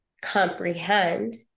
comprehend